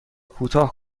کوتاه